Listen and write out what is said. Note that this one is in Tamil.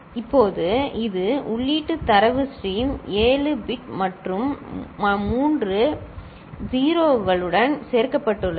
இப்போது இது உள்ளீட்டு தரவு ஸ்ட்ரீம் 7 பிட் மற்றும் 3 மூன்று 0 களுடன் சேர்க்கப்பட்டுள்ளது சரி